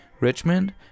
Richmond